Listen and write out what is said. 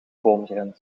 boomgrens